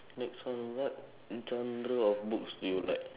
next one what genre of books do you like